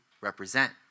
represent